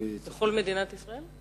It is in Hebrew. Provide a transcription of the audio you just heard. בכל מדינת ישראל?